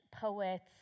poets